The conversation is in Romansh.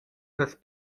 las